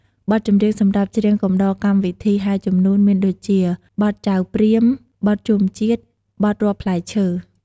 បទចម្រៀងសម្រាប់ច្រៀងកំដរកម្មវិធីហែជំនូន មានដូចជា បទចៅព្រាហ្ម បទជុំជាតិ បទរាប់ផ្លែឈើ...។